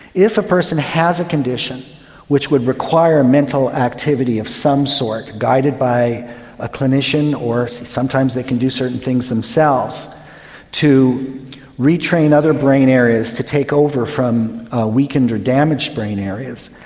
if a person has a condition which would require mental activity of some sort guided by a clinician or sometimes they can do certain things themselves to retrain other brain areas to take over from weakened or damaged brain areas,